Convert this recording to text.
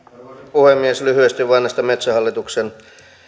puhemies lyhyesti vain ensinnäkin tästä metsähallituksen